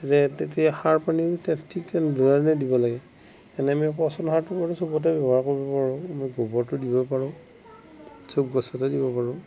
তেতিয়া তেতিয়া সাৰ পানী ঠিক তেনেধৰণে দিব লাগে যেনে আমি পচন সাৰটো মানে সবতে ব্যৱহাৰ কৰিব পাৰোঁ মই গোবৰতো দিব পাৰোঁ সব গছতে দিব পাৰোঁ